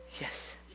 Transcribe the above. yes